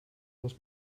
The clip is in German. muss